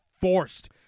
forced